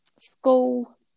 school